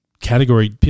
category